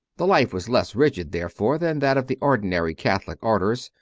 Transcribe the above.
the life was less rigid, therefore, than that of the ordinary catholic orders,